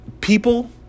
people